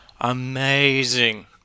amazing